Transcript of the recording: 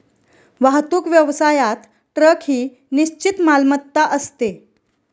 वाहतूक व्यवसायात ट्रक ही निश्चित मालमत्ता असते